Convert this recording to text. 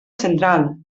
central